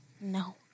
no